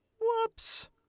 Whoops